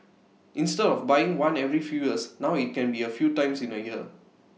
instead of buying one every few years now IT can be A few times in A year